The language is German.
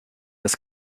das